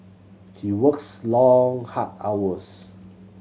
he works long hard hours